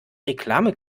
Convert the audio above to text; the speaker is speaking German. reklame